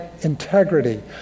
integrity